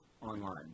online